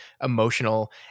emotional